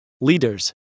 leaders